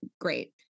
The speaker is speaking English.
Great